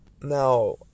now